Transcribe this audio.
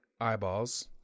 eyeballs